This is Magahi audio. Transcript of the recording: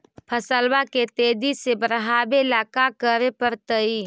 फसल के तेजी से बढ़ावेला का करे पड़तई?